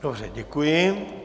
Dobře, děkuji.